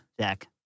Zach